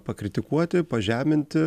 pakritikuoti pažeminti